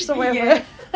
yes